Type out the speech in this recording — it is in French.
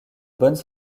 bonnes